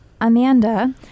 Amanda